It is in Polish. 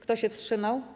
Kto się wstrzymał?